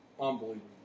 unbelievable